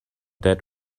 that